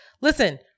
Listen